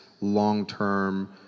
long-term